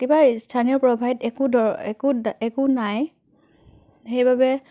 কিবা স্থানীয় প্ৰ'ভাইড একো একো একো নাই সেইবাবে